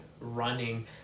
running